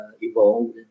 evolved